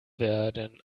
werden